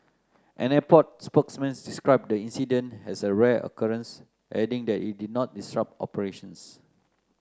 an airport spokesman described the incident as a rare occurrence adding that it did not disrupt operations